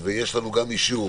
ויש לנו אישור